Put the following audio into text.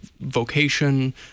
vocation